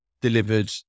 delivered